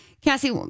Cassie